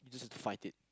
just to fight it